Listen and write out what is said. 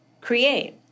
create